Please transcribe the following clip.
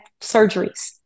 surgeries